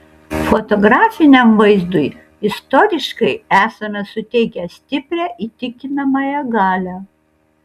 fotografiniam vaizdui istoriškai esame suteikę stiprią įtikinamąją galią